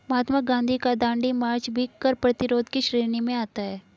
महात्मा गांधी का दांडी मार्च भी कर प्रतिरोध की श्रेणी में आता है